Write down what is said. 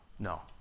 No